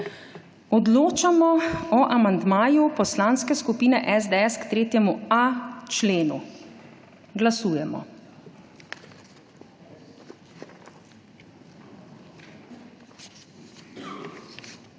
Odločamo o amandmaju Poslanske skupine SDS k 3.a členu. Glasujemo.